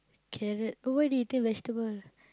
carrot oh why they eating vegetable